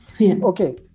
Okay